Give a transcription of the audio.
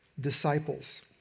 disciples